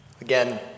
again